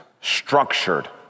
structured